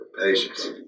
patience